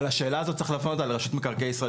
אבל השאלה הזאת צריך להפנות אותה לרשות מקרקעי ישראל,